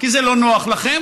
כי זה לא נוח לכם.